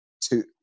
two